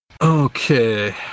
Okay